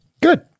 Good